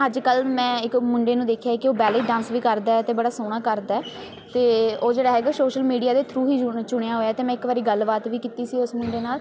ਅੱਜ ਕੱਲ੍ਹ ਮੈਂ ਇੱਕ ਮੁੰਡੇ ਨੂੰ ਦੇਖਿਆ ਆ ਕਿ ਉਹ ਬੈਲੀ ਡਾਂਸ ਵੀ ਕਰਦਾ ਅਤੇ ਬੜਾ ਸੋਹਣਾ ਕਰਦਾ ਅਤੇ ਉਹ ਜਿਹੜਾ ਹੈਗਾ ਸ਼ੋਸ਼ਲ ਮੀਡੀਆ ਦੇ ਥਰੂ ਹੀ ਜੁਣ ਚੁਣਿਆ ਹੋਇਆ ਅਤੇ ਮੈਂ ਇੱਕ ਵਾਰੀ ਗੱਲਬਾਤ ਵੀ ਕੀਤੀ ਸੀ ਉਸ ਮੁੰਡੇ ਨਾਲ